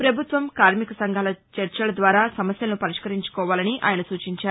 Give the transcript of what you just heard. ప్రభుత్వం కార్మిక సంఘాలు చర్చల ద్వారా సమస్యలను పరిష్మరించుకోవాలని ఆయన సూచించారు